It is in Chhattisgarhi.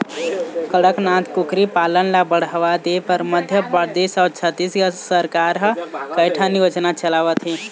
कड़कनाथ कुकरी पालन ल बढ़ावा देबर मध्य परदेस अउ छत्तीसगढ़ सरकार ह कइठन योजना चलावत हे